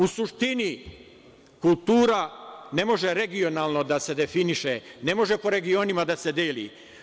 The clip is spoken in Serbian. U suštini, kultura ne može regionalno da se definiše, ne može po regionima da se deli.